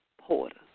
Porter